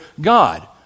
God